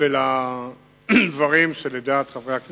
ולדברים שלדעת חברי הכנסת,